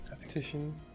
Petition